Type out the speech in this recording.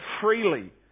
freely